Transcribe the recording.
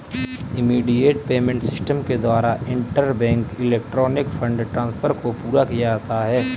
immediate payment system के द्वारा interbank electronic fund transfer को पूरा किया जाता है